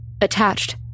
Attached